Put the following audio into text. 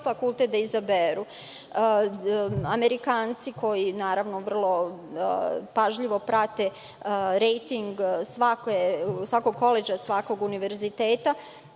fakultet da izaberu. Amerikanci, koji pažljivo prate rejting svakog koledža, svakog univerziteta,